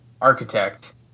architect